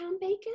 bacon